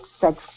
sex